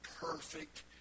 perfect